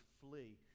flee